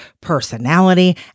personality